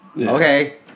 Okay